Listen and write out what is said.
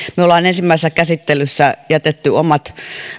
me olemme ensimmäisessä käsittelyssä jättäneet omat